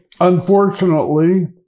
unfortunately